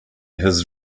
his